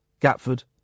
Gatford